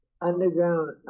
Underground